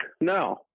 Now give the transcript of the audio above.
no